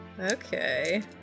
Okay